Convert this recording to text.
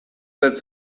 that